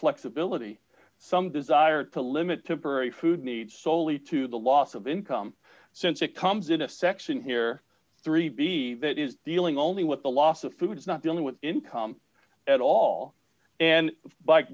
flexibility some desire to limit temporary food needs soley to the loss of income since it comes in a section here three b that is dealing only with the loss of food is not dealing with income at all and by